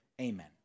Amen